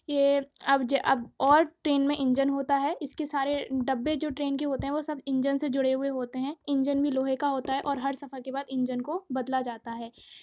یہ اب اب اور ٹرین میں انجن ہوتا ہے اس کے سارے ڈبے جو ٹرین کے ہوتے ہیں وہ سب انجن سے جڑے ہوئے ہوتے ہیں انجن بھی لوہے کا ہوتا ہے اور ہر سفر کے بعد انجن کو بدلا جاتا ہے